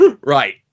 Right